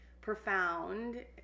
profound